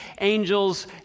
angels